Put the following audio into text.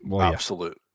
absolute